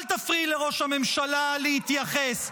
אל תפריעי לראש הממשלה להתייחס.